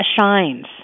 shines